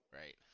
right